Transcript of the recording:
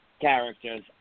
characters